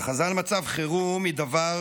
ההכרזה על מצב חירום היא דבר